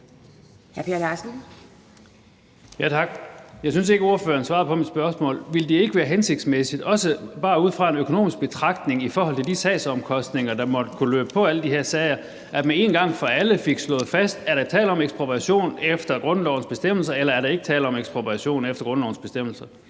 Jeg synes ikke, at ordføreren svarer på mit spørgsmål. Ville det ikke være hensigtsmæssigt, også bare ud fra en økonomisk betragtning i forhold til de sagsomkostninger, der måtte kunne løbe på alle de her sager, at man en gang for alle fik slået fast, om der er tale om ekspropriation efter grundlovens bestemmelser, eller om der ikke er tale om ekspropriation efter grundlovens bestemmelser?